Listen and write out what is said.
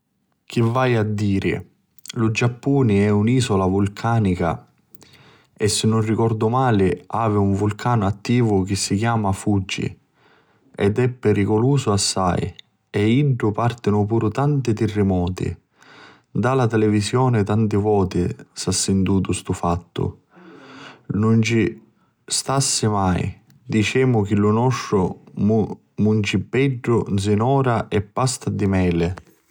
Chi vaiu a diri, lu Giappuni è un isula vulcanica e si nun ricordu mali havi un vulcanu attivu chi si chiama Fuji ed è piriculusu assai e di iddu partinu puru tanti tirrimoti, nta la televisioni tanti voti s'ha' ntisu stu fattu. Iu nun ci stassi mai, dicemu chi lu nostru Muncibeddu nsina a ora è pasta di meli.